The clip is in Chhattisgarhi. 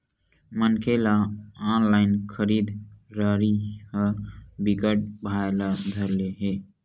मनखे ल ऑनलाइन खरीदरारी ह बिकट भाए ल धर ले हे